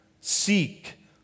seek